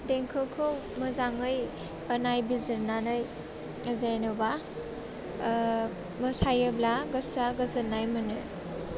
देंखोखौ मोजाङै नायबिजिरनानै जेन'बा मोसायोब्ला गोसोआ गोजोन्नाय मोनो